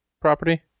property